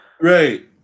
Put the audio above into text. Right